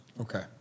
Okay